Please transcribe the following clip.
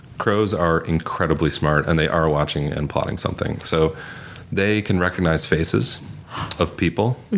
crows are incredibly smart and they are watching and plotting something. so they can recognize faces of people.